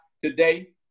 today